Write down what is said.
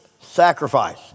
sacrifice